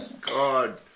God